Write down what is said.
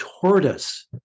tortoise